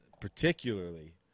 particularly